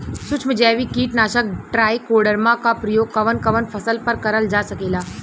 सुक्ष्म जैविक कीट नाशक ट्राइकोडर्मा क प्रयोग कवन कवन फसल पर करल जा सकेला?